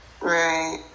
right